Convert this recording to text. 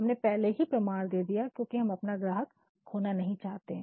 हमने पहले ही प्रमाण दे दिया क्योंकि हम अपना ग्राहक नहीं खोना चाहते हैं